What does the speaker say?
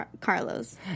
Carlos